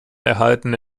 erhaltene